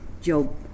Job